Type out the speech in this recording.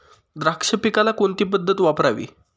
द्राक्ष पिकाला कोणती पद्धत वापरावी?